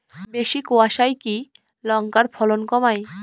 বেশি কোয়াশায় কি লঙ্কার ফলন কমায়?